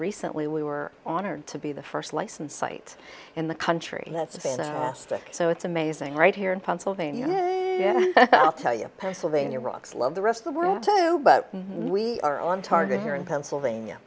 recently we were honored to be the first licensed site in the country that's available so it's amazing right here in pennsylvania i'll tell you pennsylvania rocks love the rest of the world too but we are on target here in pennsylvania